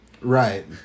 Right